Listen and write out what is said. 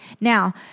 Now